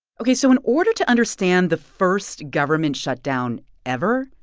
ok, so in order to understand the first government shutdown ever,